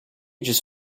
just